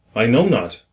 i know not.